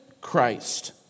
Christ